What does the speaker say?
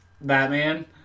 Batman